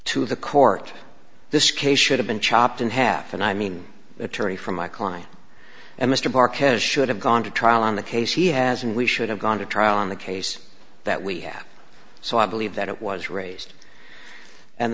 to the court this case should have been chopped in half and i mean attorney for my client and mr parker has should have gone to trial on the case he has and we should have gone to trial on the case that we have so i believe that it was raised and